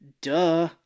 duh